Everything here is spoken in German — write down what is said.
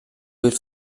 wird